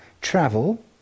travel